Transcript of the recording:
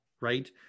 right